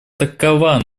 такова